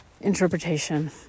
interpretation